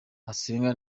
asenga